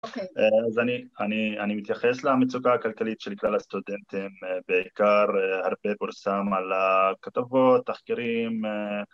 אוקיי. אז אני מתייחס למצוקה הכלכלית של כלל הסטודנטים בעיקר הרבה פורסם על כתבות, תחקירים